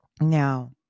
Now